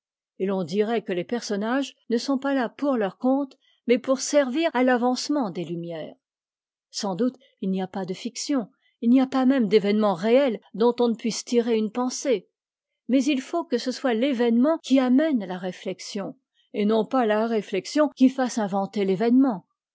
et l'on dirait que les personnages ne sont pas là pour leur compte mais pour servir à l'avancement des lumières sans doute il n'y a pas de action il n'y a pas même d'événement réel dont on ne puisse tirer une pensée mais il faut que ce soit l'événement qui amène la réflexion et non pas la réflexion qui fasse inventer l'événement